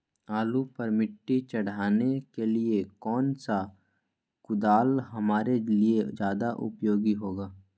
आलू पर मिट्टी चढ़ाने के लिए कौन सा कुदाल हमारे लिए ज्यादा उपयोगी होगा?